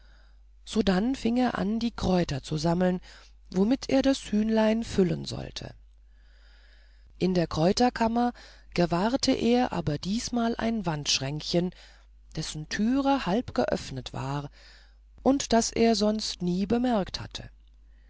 sodann fing er an die kräuter zu sammeln womit er das hühnlein füllen sollte in der kräuterkammer gewahrte er aber diesmal ein wandschränkchen dessen türe halb geöffnet war und das er sonst nie bemerkt hatte